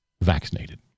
vaccinated